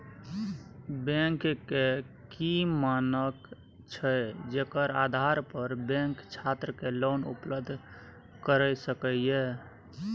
Bank के की मानक छै जेकर आधार पर बैंक छात्र के लोन उपलब्ध करय सके ये?